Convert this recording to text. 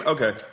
Okay